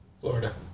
Florida